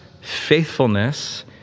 faithfulness